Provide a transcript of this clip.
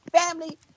family